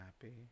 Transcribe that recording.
Happy